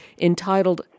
entitled